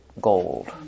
gold